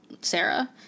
Sarah